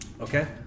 Okay